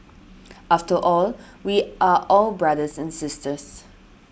after all we are all brothers and sisters